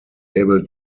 able